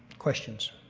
questions.